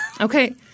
Okay